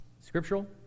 Scriptural